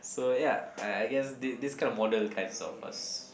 so ya I I guess this this kind of model kind of us